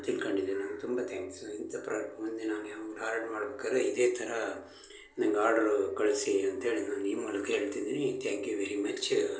ತಿಳ್ಕೊಂಡಿದ್ದೇನೆ ತುಂಬ ತ್ಯಾಂಕ್ಸ ಇಂಥ ಪ್ರಾಡಕ್ಟ್ ಮುಂದೆ ನಾನು ನಿಮ್ಗೆ ಆರ್ಡ್ರ್ ಮಾಡ್ಬೇಕಾದ್ರೆ ಇದೇ ಥರ ನಂಗೆ ಆರ್ಡ್ರ್ ಕಳಿಸಿ ಅಂತ ಹೇಳಿ ನಾನು ಈ ಮೂಲಕ ಹೇಳ್ತಿದೀನಿ ತ್ಯಾಂಕ್ ಯು ವೆರಿ ಮಚ್